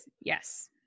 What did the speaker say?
Yes